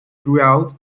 throughout